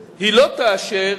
היא לא תאשר